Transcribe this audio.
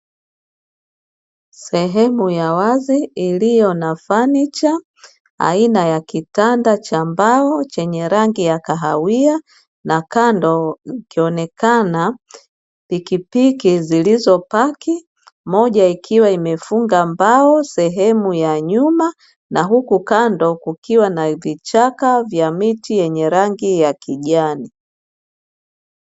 Sehemu ya wazi iliyo na fanicha aina ya kitanda cha mbao chenye rangi ya kahawia na kando ikionekana pikipiki zilizopaki, moja ikiwa imefunga mbao sehemu ya nyuma na huku kando kukiwa na vichaka vya miti yenye rangi ya kijani.